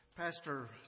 Pastor